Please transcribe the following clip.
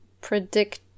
predict